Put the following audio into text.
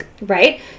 right